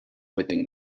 whipping